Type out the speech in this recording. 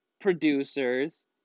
Producers